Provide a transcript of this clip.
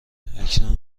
اکنون